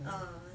err